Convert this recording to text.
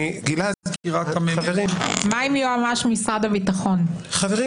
מה עם היועץ המשפטי